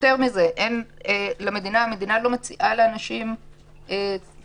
יותר מזה המדינה לא מציעה לאנשים שבוחרים